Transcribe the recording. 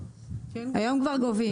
היום כבר גובים.